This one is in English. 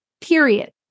period